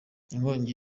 inkongi